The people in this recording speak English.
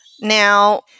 Now